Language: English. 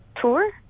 Tour